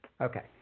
Okay